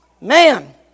Man